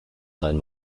sein